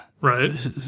right